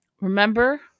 Remember